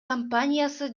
компаниясы